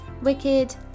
Wicked